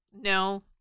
No